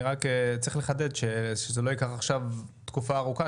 אני רק צריך לחדד שזה לא ייקח עכשיו תקופה ארוכה,